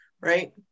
Right